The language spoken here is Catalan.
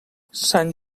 sant